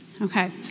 Okay